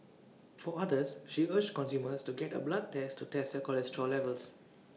for others she urged consumers to get A blood test to test A cholesterol levels